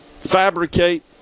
fabricate